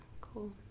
Cool